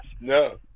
No